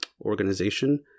organization